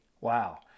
Wow